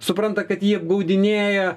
supranta kad jį apgaudinėja